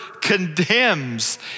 condemns